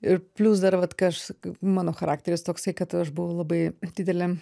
ir plius dar vat kai aš mano charakteris toksai kad aš buvau labai didelė